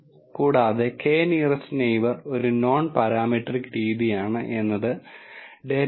ഇത് കൂടാതെ data science പ്രോബ്ളങ്ങൾക്ക് സ്റ്റാറ്റിസ്റ്റിക്കുകൾ ഉപയോഗപ്രദമാണെന്ന് സ്വയം ചിന്തിക്കാം